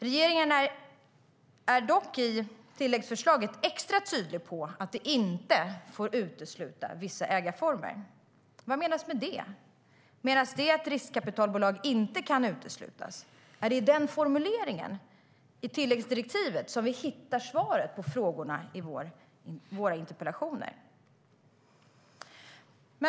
Regeringen är dock i tilläggsdirektivet extra tydlig med att det inte får utesluta vissa ägarformer. Vad menas med det? Menas med det att riskkapitalbolag inte kan uteslutas? Är det i den formuleringen i tilläggsdirektivet som vi hittar svaret på våra interpellationer?